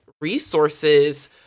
resources